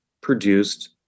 produced